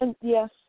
yes